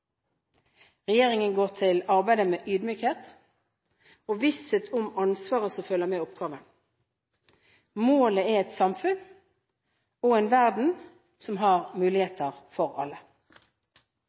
Regjeringen går til arbeidet med ydmykhet og visshet om ansvaret som følger med oppgaven. Målet er et samfunn, og en verden, som har